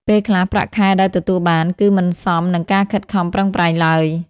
ពេលខ្លះ ប្រាក់ខែដែលទទួលបាន គឺមិនសមនឹងការខិតខំប្រឹងប្រែងឡើយ។